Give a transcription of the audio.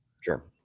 Sure